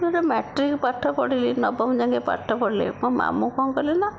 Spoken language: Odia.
ମୁଁ ଯେବେ ମାଟ୍ରିକ ପାଠ ପଢ଼ିଲି ନବମ ଯାକେ ପାଠ ପଢ଼ିଲି ମୋ ମାମୁଁ କ'ଣ କଲେ ନା